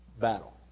battle